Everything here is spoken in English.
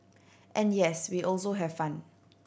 and yes we also have fun